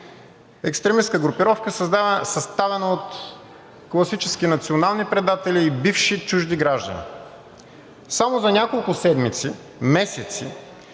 Екстремистка групировка, съставена от класически национални предатели и бивши чужди граждани. Само за няколко седмици, месеци